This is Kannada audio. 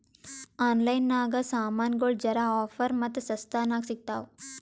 ಆನ್ಲೈನ್ ನಾಗ್ ಸಾಮಾನ್ಗೊಳ್ ಜರಾ ಆಫರ್ ಮತ್ತ ಸಸ್ತಾ ನಾಗ್ ಸಿಗ್ತಾವ್